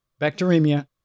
bacteremia